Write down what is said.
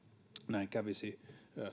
näin kävisi